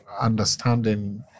understanding